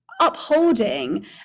upholding